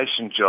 job